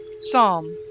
Psalm